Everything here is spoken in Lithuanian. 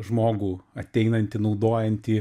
žmogų ateinantį naudojantį